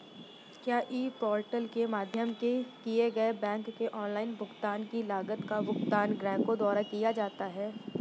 क्या e portal के माध्यम से किए गए बैंक के ऑनलाइन भुगतान की लागत का भुगतान ग्राहकों द्वारा किया जाता है?